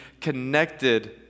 connected